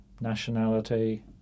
nationality